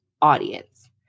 Audience